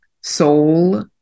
soul